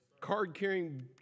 Card-carrying